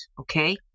okay